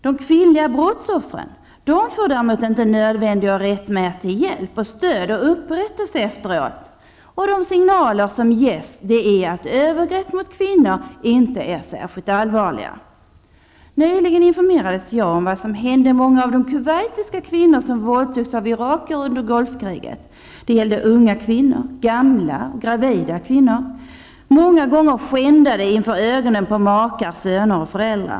De kvinnliga brottsoffren fick inte nödvändig och rättmätig hjälp och stöd och upprättelse efteråt. De signaler som ges är att övergrepp mot kvinnor inte är särskilt allvarliga. Nyligen informerades jag om vad som hände många av de kuwaitiska kvinnor som våldtogs av irakier under Gulfkriget. Det gällde unga kvinnor, gamla kvinnor, också gravida kvinnor, många gånger skändade inför ögonen på makar, söner och föräldrar.